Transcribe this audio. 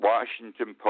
Washington